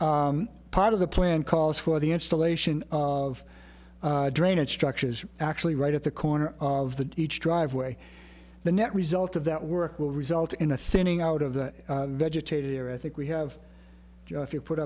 part of the plan calls for the installation of drainage structures actually right at the corner of the each driveway the net result of that work will result in a thinning out of the vegetative i think we have